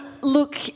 Look